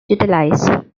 utilized